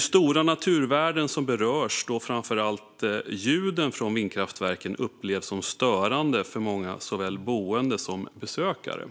Stora naturvärden berörs. Framför allt ljuden från vindkraftverken upplevs som störande för många, såväl boende som besökare.